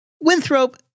Winthrop